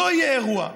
לא יהיה אירוע.